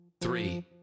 three